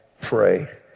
pray